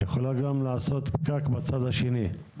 יכולה גם לעשות פקק בצד השני.